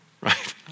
right